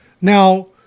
now